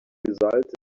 results